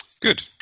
Good